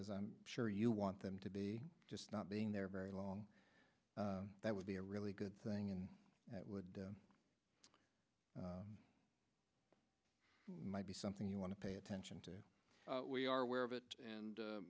as i'm sure you want them to be just not being there very long that would be a really good thing and that would might be something you want to pay attention to we are aware of it and